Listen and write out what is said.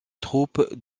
troupes